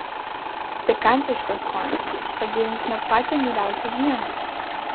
pikantiškas skonis pagyvins net pačią niūriausią dieną